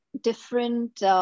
different